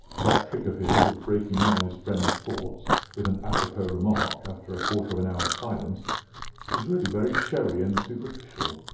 that trick of his of breaking in on his friends' thoughts with an apropos remark after a quarter of an hour's silence is really very showy and superficial.